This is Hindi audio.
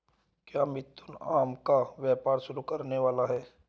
क्या मिथुन आम का व्यापार शुरू करने वाला है?